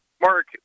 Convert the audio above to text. Mark